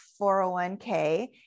401k